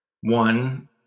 One